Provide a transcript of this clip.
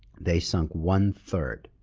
they sunk one-third.